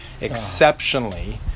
exceptionally